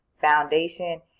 Foundation